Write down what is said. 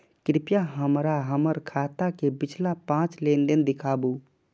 कृपया हमरा हमर खाता के पिछला पांच लेन देन दिखाबू